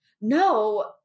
no